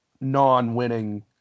non-winning